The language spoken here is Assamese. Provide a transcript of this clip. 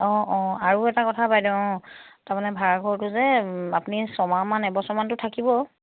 অঁ অঁ আৰু এটা কথা বাইদেউ অঁ তাৰমানে ভাড়াঘৰটো যে আপুনি ছমাহমান এবছৰমানটো থাকিব